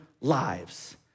lives